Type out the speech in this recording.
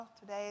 Today